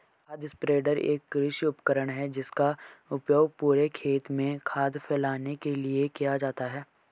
खाद स्प्रेडर एक कृषि उपकरण है जिसका उपयोग पूरे खेत में खाद फैलाने के लिए किया जाता है